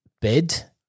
bid